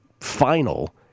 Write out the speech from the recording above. Final